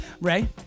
Ray